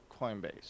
Coinbase